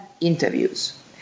interviews